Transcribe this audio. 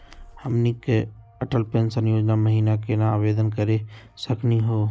हमनी के अटल पेंसन योजना महिना केना आवेदन करे सकनी हो?